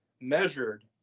measured